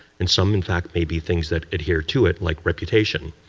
and some, in fact, maybe things that adhere to it, like identification.